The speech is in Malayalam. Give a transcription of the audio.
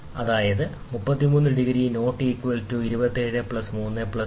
അതിനാൽ നമ്മൾ ഇത് 33ആയി നേടി എന്നതാണ്